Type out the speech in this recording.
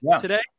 today